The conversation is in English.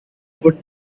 put